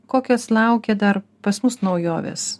kokios laukia dar pas mus naujovės